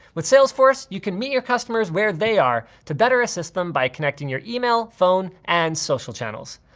with salesforce, you can meet your customers where they are to better assist them by connecting your email, phone and social channels.